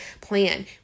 plan